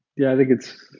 yeah, i think it's,